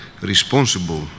responsible